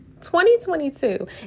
2022